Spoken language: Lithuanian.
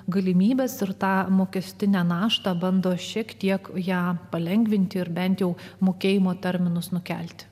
galimybes ir tą mokestinę naštą bando šiek tiek ją palengvinti ir bent jau mokėjimo terminus nukelti